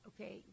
okay